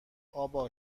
ابا